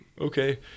okay